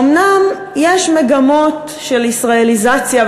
אומנם יש מגמות של ישראליזציה,